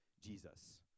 Jesus